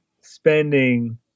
spending